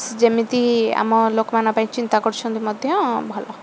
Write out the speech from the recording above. ଯେମିତି ଆମ ଲୋକମାନଙ୍କ ପାଇଁ ଚିନ୍ତା କରୁଛନ୍ତି ମଧ୍ୟ ଭଲ